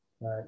Right